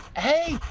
hey,